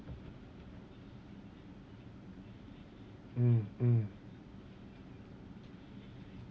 mm mm